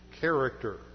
character